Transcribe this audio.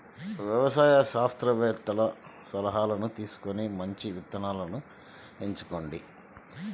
వ్యవసాయ శాస్త్రవేత్తల సలాహాను తీసుకొని మంచి విత్తనాలను ఎంచుకోండి